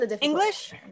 English